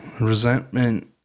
Resentment